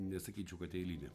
nesakyčiau kad eilinė